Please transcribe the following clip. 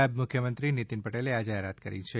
નાયબ મુખ્યમંત્રી નિતિન પટેલે આ જાહેરાત કરી છે